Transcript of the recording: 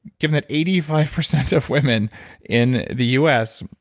given that eighty five percent of women in the u s.